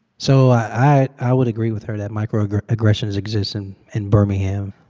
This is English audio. so i i would agree with her that microaggressions exists in and birmingham.